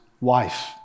wife